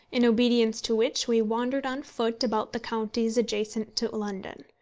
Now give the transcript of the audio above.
in obedience to which we wandered on foot about the counties adjacent to london.